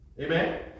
Amen